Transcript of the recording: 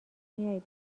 میای